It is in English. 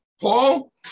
Paul